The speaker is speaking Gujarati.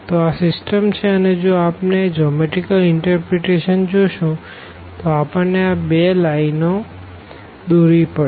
તો આ સીસ્ટમ છે અને જો આપણે જીઓમેટરીકલ ઇનટરપ્રીટેશન જોશું તો આપણને આ બે લાઈનો દોરવી પડશે